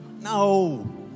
No